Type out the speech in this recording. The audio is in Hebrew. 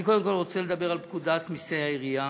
אני קודם כול רוצה לדבר על פקודת מסי העירייה